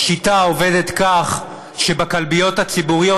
השיטה עובדת כך שבכלביות הציבוריות,